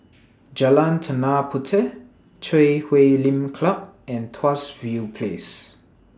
Jalan Tanah Puteh Chui Huay Lim Club and Tuas View Place